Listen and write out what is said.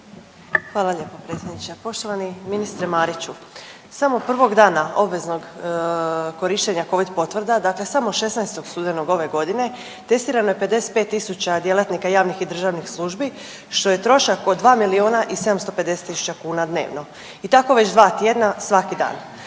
Hvala lijepo Predsjedniče. Poštovani Ministre Mariću. Samo prvog dana obveznog korištenja COVID potvrda, dakle samo 16.studenog ove godine testirano je 55 tisuća djelatnika javnih i državnih službi što je trošak od dva miliona i sedamsto pedeset tisuća kuna dnevno. I tako već dva tjedna svaki dan.